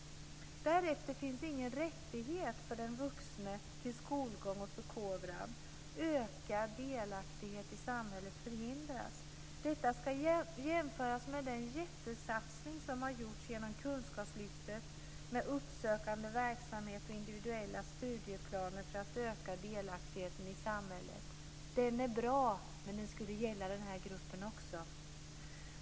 Därefter finns ingen rättighet för den vuxne till skolgång och förkovran. Ökad delaktighet i samhället förhindras. Detta ska jämföras med den jättesatsning som har gjorts genom kunskapslyftet med uppsökande verksamhet och individuella studieplaner för att öka delaktigheten i samhället. Den är bra, men den skulle också gälla den här gruppen.